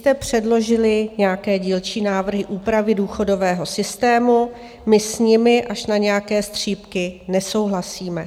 Vy jste předložili nějaké dílčí návrhy úpravy důchodového systému, my s nimi až na nějaké střípky nesouhlasíme.